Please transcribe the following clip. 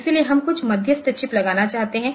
इसलिए हम कुछ मध्यस्थ चिप लगाना चाहेंगे